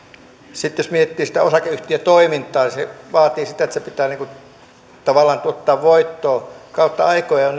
sitten jos miettii sitä osakeyhtiötoimintaa niin se vaatii sitä että sen pitää tavallaan tuottaa voittoa kautta aikojen on